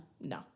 No